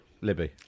Libby